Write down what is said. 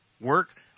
work